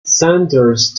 sandhurst